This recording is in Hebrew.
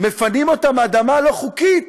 מפנים מאדמה לא חוקית